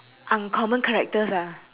uncommon characters ah